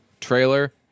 trailer